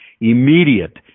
immediate